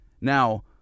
Now